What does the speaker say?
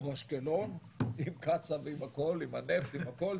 או אשקלון עם קצא"א ועם הכול, עם הנפט והכול.